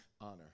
Honor